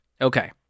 Okay